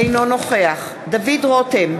אינו נוכח דוד רותם,